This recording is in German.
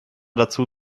dazu